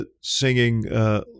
singing